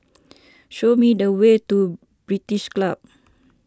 show me the way to British Club